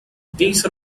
these